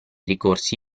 ricorsi